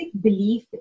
belief